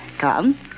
Come